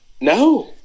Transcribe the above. No